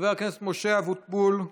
חבר הכנסת משה אבוטבול,